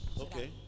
Okay